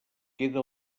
queda